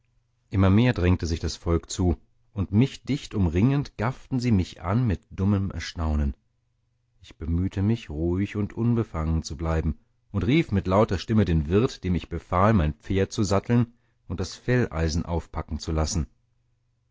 immer mehr drängte sich das volk zu und mich dicht umringend gafften sie mich an mit dummem erstaunen ich bemühte mich ruhig und unbefangen zu bleiben und rief mit lauter stimme den wirt dem ich befahl mein pferd satteln und das felleisen aufpacken zu lassen